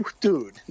dude